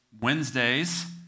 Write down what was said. Wednesdays